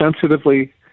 sensitively